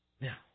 Now